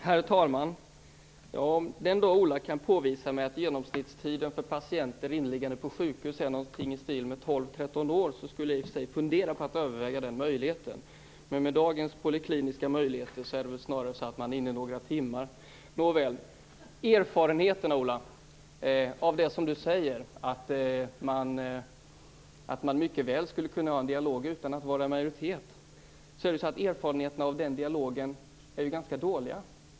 Herr talman! Den dag Ola Ström kan visa mig att genomsnittstiden för patienter inneliggande på sjukhus är någonting i stil med 12, 13 år skulle jag i och för sig fundera på att överväga den möjligheten. Men med dagens polikliniska möjligheter är man väl snarare inne några timmar. Ola Ström menar att man mycket väl skulle kunna föra en dialog utan att eleverna var i majoritet. Men erfarenheterna av detta är ganska dåliga.